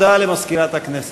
הודעה למזכירת הכנסת.